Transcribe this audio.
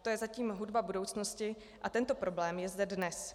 To je zatím hudba budoucnosti a tento problém je zde dnes.